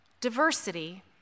Diversity